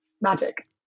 magic